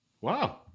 Wow